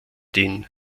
den